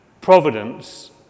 Providence